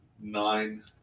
nine